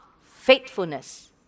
faithfulness